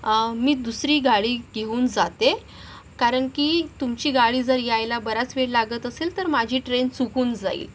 मी दुसरी गाडी घेऊन जाते कारण की तुमची गाडी जर यायला बराच वेळ लागत असेल तर माझी ट्रेन चुकून जाईल